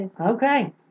Okay